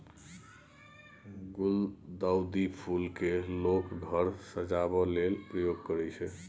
गुलदाउदी फुल केँ लोक घर सजेबा लेल प्रयोग करय छै